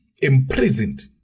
imprisoned